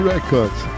records